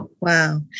Wow